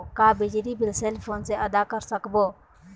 का बिजली bill cell phone से आदा कर सकबो?